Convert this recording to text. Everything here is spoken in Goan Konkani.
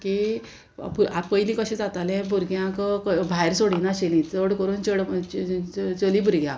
की पयलीं कशें जातालें भुरग्यांक भायर सोडिनाशिल्लीं चड करून चेड चली भुरग्यांक